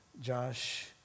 Josh